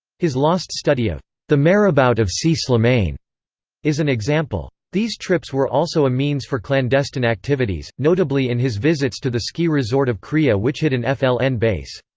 his lost study of the marabout of si slimane is an example. these trips were also a means for clandestine activities, notably in his visits to the ski resort of chrea which hid an fln and base.